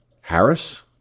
Harris